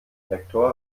rektor